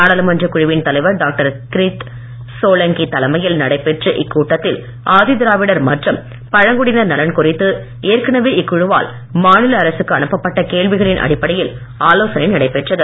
நாடாளுமன்றக் குழுவின் தலைவர் டாக்டர் கிரித் சோலங்கி தலைமையில் நடைபெற்ற இக்கூட்டத்தில் ஆதிதிராவிடர் மற்றும் பழங்குடியினர் நலன் குறித்து ஏற்கனவே இக்குழுவால் மாநில அரசுக்கு அனுப்ப பட்ட கேள்விகளின் அடிப்படையில் ஆலோசனை நடைபெற்றது